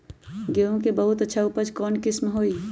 गेंहू के बहुत अच्छा उपज कौन किस्म होई?